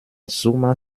summer